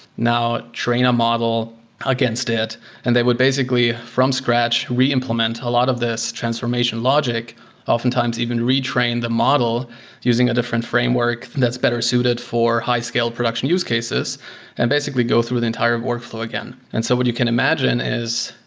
now, train a model against it and they would basically, from scratch, re-implement a lot of this transformation logic oftentimes even retrain the model using a different framework that's better suited for high scale production use cases and basically go through the entire workflow again. and so what you can imagine is,